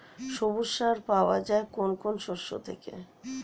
সবুজ সার পাওয়া যায় কোন কোন শস্য থেকে?